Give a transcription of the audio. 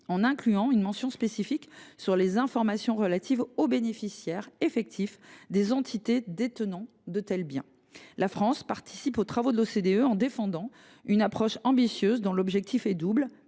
en incluant une mention spécifique sur les informations relatives aux bénéficiaires effectifs des entités détenant de tels biens. La France participe aux travaux de l’OCDE en défendant une approche ambitieuse, dont l’objectif est double